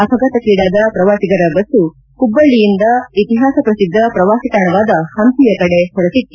ಅಪಘಾತಕ್ಷೀಡಾದ ಪ್ರವಾಸಿಗರ ಬಸ್ತು ಹುಬ್ಬಳ್ಳಿಯಿಂದ ಇತಿಹಾಸ ಪ್ರಸಿದ್ದ ಪ್ರವಾಸಿತಾಣವಾದ ಹಂಪಿಯ ಕಡೆ ಹೊರಟಿತ್ತು